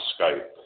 Skype